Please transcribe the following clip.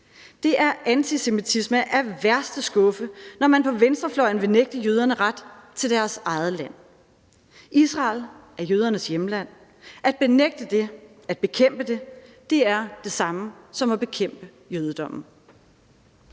antisemitisme af værste skuffe, når man på venstrefløjen vil nægte jøderne ret til deres eget land. Israel er jødernes hjemland, og at benægte det og bekæmpe det er det samme som at bekæmpe jødedommen.